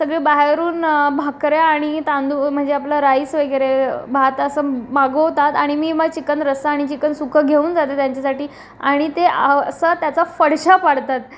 सगळे बाहेरून भाकऱ्या आणि तांदू म्हणजे आपलं राईस वगैरे भात असं मागवतात आणि मी म चिकन रस्सा आणि चिकन सुकं घेऊन जाते त्यांच्यासाठी आणि ते असं त्याचा फडशा पाडतात